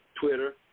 Twitter